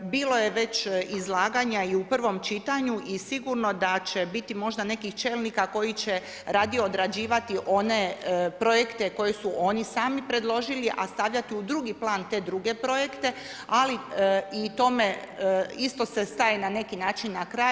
Bilo je već izlaganja i u prvom čitanju i sigurno da će biti možda nekih čelnika koji će radnije odrađivati one projekte koji su oni sami preložili, a stavljati u drugi plan te druge projekte, ali i tome, isto se staje na neki način na kraj.